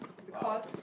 because